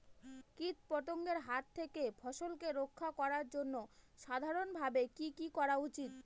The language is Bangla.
কীটপতঙ্গের হাত থেকে ফসলকে রক্ষা করার জন্য সাধারণভাবে কি কি করা উচিৎ?